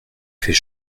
fait